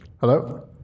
Hello